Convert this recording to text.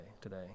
today